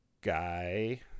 guy